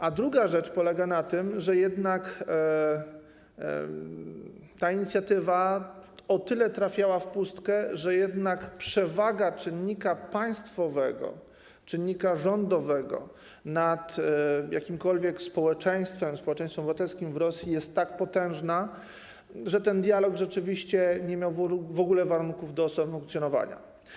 A druga rzecz polega na tym, że ta inicjatywa o tyle trafiała w pustkę, że jednak przewaga czynnika państwowego, czynnika rządowego nad jakimkolwiek społeczeństwem, społeczeństwem obywatelskim w Rosji jest tak potężna, że ten dialog rzeczywiście nie miał w ogóle warunków do zafunkcjonowania.